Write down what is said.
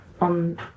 on